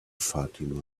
fatima